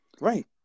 right